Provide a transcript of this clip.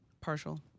partial